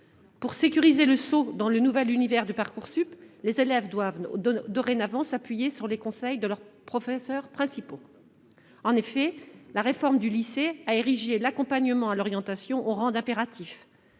pour sécuriser leur saut dans le nouvel univers de Parcoursup, les élèves doivent dorénavant s'appuyer sur les conseils de leurs professeurs principaux. La réforme du lycée a ainsi érigé l'accompagnement à l'orientation en impératif,